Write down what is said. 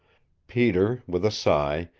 peter, with a sigh,